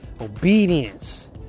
obedience